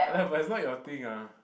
ya lah but it's not your thing ah